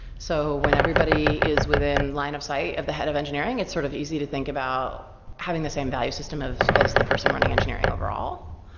so when everybody is within line of sight of the head of engineering, it's sort of easy to think about having the same value system as the person running engineering overall.